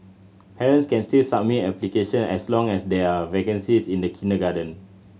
parents can still submit application as long as there are vacancies in the kindergarten